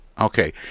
Okay